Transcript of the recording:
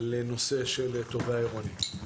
לנושא של תובע עירוני.